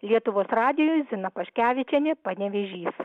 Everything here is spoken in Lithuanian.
lietuvos radijui zina paškevičienė panevėžys